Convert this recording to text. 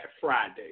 Friday